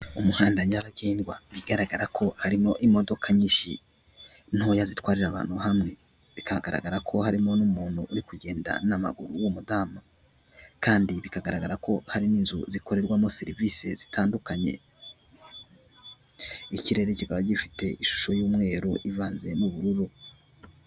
Umuhanda nyabagendwa, bigaragara ko harimo imodoka nyinshi ntoya zitwarira abantu hamwe, bikagaragara ko harimo n'umuntu uri kugenda n'amaguru w'umudamu kandi bi bikagaragara ko hari n'inzu zikorerwamo serivisi zitandukanye, ikirere kikaba gifite ishusho y'umweru ivanze n'ubururu.